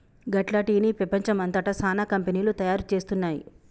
గట్ల టీ ని పెపంచం అంతట సానా కంపెనీలు తయారు చేస్తున్నాయి